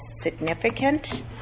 significant